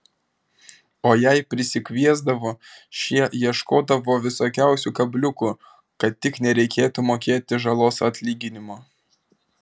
o jei prisikviesdavo šie ieškodavo visokiausių kabliukų kad tik nereikėtų mokėti žalos atlyginimo